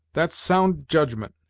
that's sound judgment.